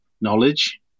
knowledge